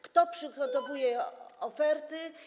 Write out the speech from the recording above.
Kto przygotowuje oferty?